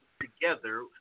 together